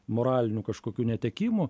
moralinių kažkokių netekimų